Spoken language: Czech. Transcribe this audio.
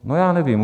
No já nevím.